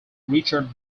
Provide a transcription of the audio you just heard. richard